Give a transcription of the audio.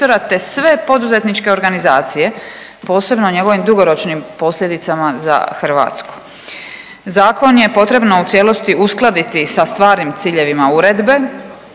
te sve poduzetničke organizacije posebno o njegovim dugoročnim posljedicama za Hrvatsku. Zakon je potrebno u cijelosti uskladiti sa stvarnim ciljevima Uredbe,